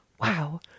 wow